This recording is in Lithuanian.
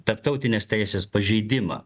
tarptautinės teisės pažeidimą